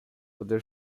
other